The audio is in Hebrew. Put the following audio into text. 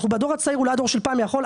אולי הדור של פעם יכול,